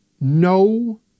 no